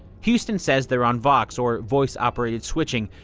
houston says they're on vox, or voice operated switching.